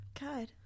God